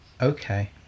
Okay